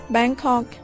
Bangkok